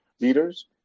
leaders